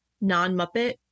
non-Muppet